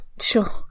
Sure